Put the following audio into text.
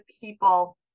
people